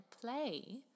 play